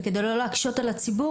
וכדי לא להקשות על הציבור,